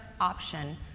option